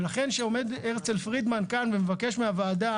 ולכן כשעומד הרצל פרידמן כאן ומבקש מהוועדה